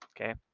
okay